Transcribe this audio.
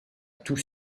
tout